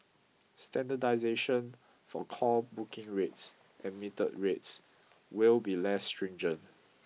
standardisation for call booking rates and metered rates will be less stringent